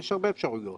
יש הרבה אפשרויות,